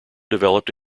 developed